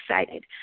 excited